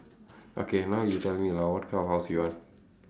okay now you tell me lah what kind of house you want